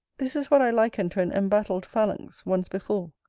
this is what i likened to an embattled phalanx, once before.